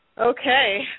Okay